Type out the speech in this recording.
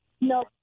No